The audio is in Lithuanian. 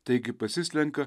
taigi pasislenka